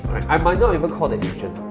i might not even call the agent,